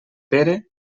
pere